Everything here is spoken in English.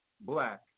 black